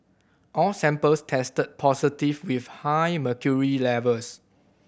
all samples tested positive with high mercury levels